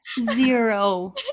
Zero